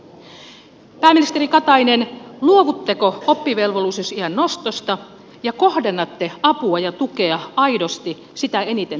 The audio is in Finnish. pääministeri katainen luovutteko oppivelvollisuusiän nostosta ja kohdennatteko apua ja tukea aidosti sitä eniten tarvitseville